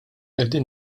qegħdin